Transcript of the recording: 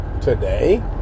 today